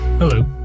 Hello